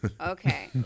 Okay